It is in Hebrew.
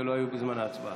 שלא היו בזמן ההצבעה.